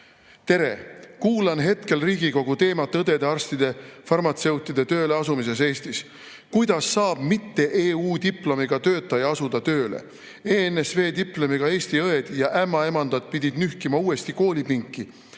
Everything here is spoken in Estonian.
"Tere. Kuulan hetkel Riigikogu teemat õdede, arstide ja farmatseutide tööle asumisest Eestis. Kuidas saab mitte EU diplomiga töötaja asuda tööle? ENSV diplomiga Eesti õed ja ämmaemandad pidid nühkima uuesti koolipinki,